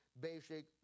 basic